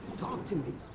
talk to me.